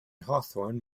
hawthorne